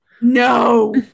No